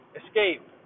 escape